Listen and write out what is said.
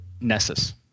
Nessus